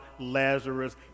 Lazarus